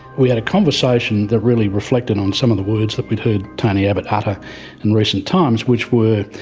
we had a conversation that really reflected on some of the words that we'd heard tony abbott utter in recent times which were